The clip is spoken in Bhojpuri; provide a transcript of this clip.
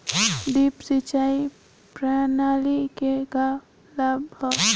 ड्रिप सिंचाई प्रणाली के का लाभ ह?